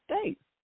States